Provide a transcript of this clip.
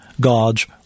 God's